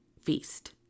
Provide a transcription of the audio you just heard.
feast